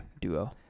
duo